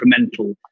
incremental